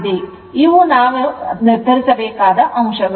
ಇವು ನಾವು ನಿರ್ಧರಿಸಬೇಕಾದ ವಿಷಯಗಳು